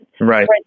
Right